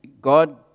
God